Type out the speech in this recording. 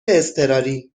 اضطراری